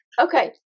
okay